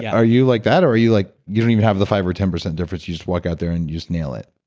yeah are you like that, or are you like you don't even the five or ten percent difference you just walk out there and you just nail it?